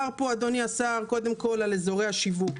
דיבר פה השר על אזורי השיווק.